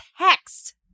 text